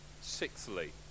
Sixthly